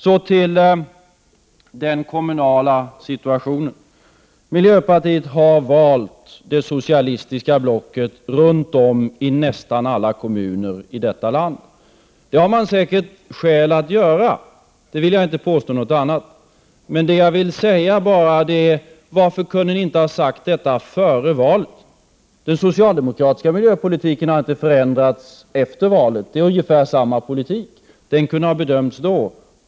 Så till den kommunala situationen. Miljöpartiet har valt det socialistiska blocket runt om i nästan alla kommuner i detta land. Det har man säkert skäl att göra — jag vill inte påstå något annat. Det jag vill säga är bara: Varför kunde ni inte ha sagt detta före valet? Den socialdemokratiska miljöpolitiken har inte förändrats efter valet — det är ungefär samma politik. Den kunde ha bedömts då.